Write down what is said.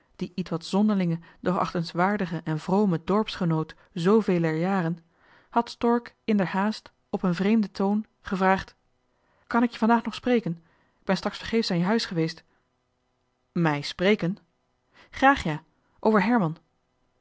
dien ietwat zonderlingen doch achtenswaardigen en vromen dorpsgenoot zveler jaren had stork inderhaast op een vreemden toon gevraagd kan ik je vandaag nog spreken k ben straks vergeefs aan je huis geweest mij spreken graag ja over herman